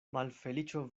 malfeliĉo